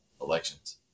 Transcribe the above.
elections